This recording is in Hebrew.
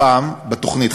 הפעם בתוכנית,